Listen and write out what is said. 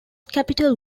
capital